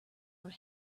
our